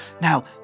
Now